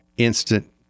instant